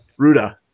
ruda